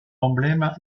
emblème